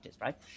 right